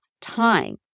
time